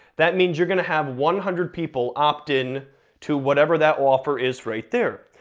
that means you're gonna have one hundred people opt in to whatever that offer is right there.